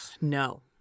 no